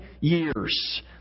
years